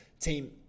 Team